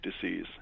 disease